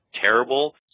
terrible